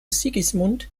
sigismund